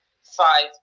five